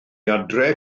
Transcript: adref